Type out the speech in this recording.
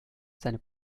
seine